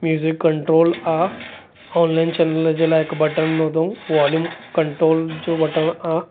music control आहे online channel जे लाइ हिकु बटन ॾिनो अथव वॉल्यूम कंट्रोल जो बटण आहे